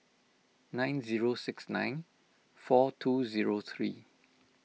nine zero six nine four two zero three